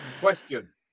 Question